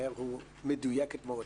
מאיר היא מדויקת מאוד.